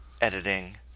editing